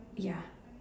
ya